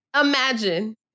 imagine